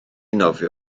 nofio